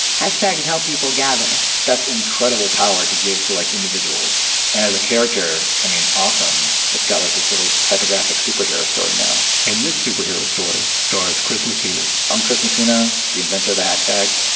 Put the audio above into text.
hashtags help people gather. that's incredible power to give to like, individuals and as a character, i mean, awesome it's got like this little typographical superhero story now. and this superhero story, stars chris messina. i'm chris messina, the inventor of the hashtag.